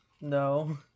no